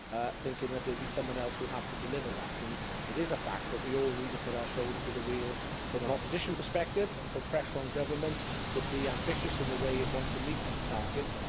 thinking that there'll be someone else who'll have to deliver that. and it is a fact that we all need to put our shoulder to the wheel from an opposition perspective, and put pressure on government to be ambitious in the way it wants to meet these targets,